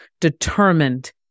determined